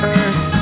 Earth